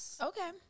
Okay